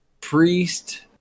priest